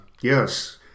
Yes